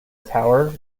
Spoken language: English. tower